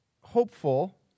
hopeful